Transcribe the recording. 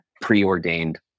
preordained